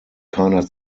keiner